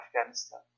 Afghanistan